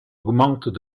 augmentent